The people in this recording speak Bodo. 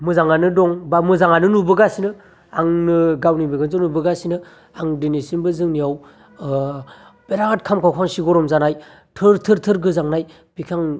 मोजाङानो दं बा मोजाङानो नुबोगासिनो आंनो गावनि मेगनजों नुबोगासिनो आं दिनैसिमबो जोंनियाव बिराथ खामखाव खामसि गरम जानाय थोर थोर थोर गोजांनाय बेखौ आं